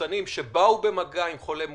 מחוסנים שבאו במגע עם חולה מאומת,